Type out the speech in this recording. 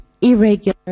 irregular